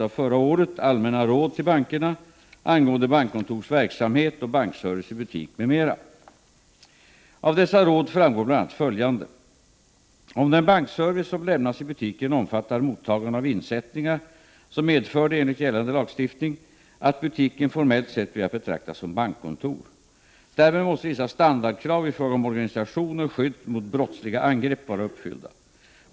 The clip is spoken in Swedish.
Av dessa råd framgår bl.a. följande. Om den bankservice som lämnas i butiken omfattar mottagande av insättningar medför det, enligt gällande lagstiftning, att butiken formellt sett blir att betrakta som bankkontor. Därmed måste vissa standardkrav i fråga om organisation och skydd mot brottsliga angrepp vara uppfyllda.